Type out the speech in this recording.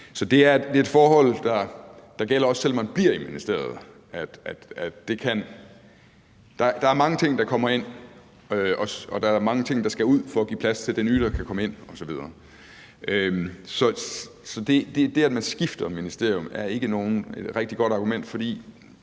det er et forhold, der gælder, også selv om man bliver i ministeriet. Der er mange ting, der kommer ind, og der er mange ting, der skal ud for at give plads til det nye, der kommer ind osv. Så det, at man skifter ministerium, er ikke noget rigtig godt argument, for